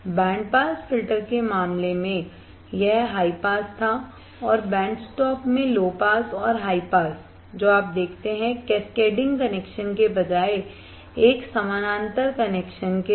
band pass filter के मामले में यह हाई पास था और बैंड स्टॉप में लो पास और हाई पास जो आप देखते हैं कैस्केडिंग कनेक्शन के बजाय एक समानांतर कनेक्शन के साथ